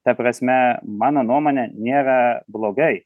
ta prasme mano nuomone nėra blogai